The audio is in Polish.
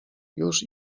już